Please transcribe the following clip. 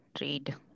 read